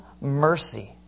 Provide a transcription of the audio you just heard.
mercy